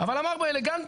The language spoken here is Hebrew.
אבל אמר באלגנטיות,